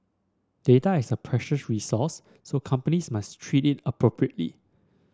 data is a precious resource so companies must treat it appropriately